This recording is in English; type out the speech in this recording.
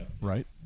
right